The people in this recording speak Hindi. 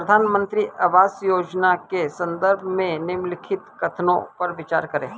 प्रधानमंत्री आवास योजना के संदर्भ में निम्नलिखित कथनों पर विचार करें?